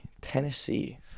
Tennessee